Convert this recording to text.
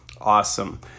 Awesome